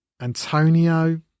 Antonio